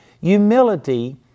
Humility